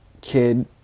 kid